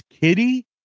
kitty